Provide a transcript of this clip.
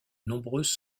nombreuses